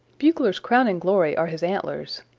bugler's crowning glory are his antlers.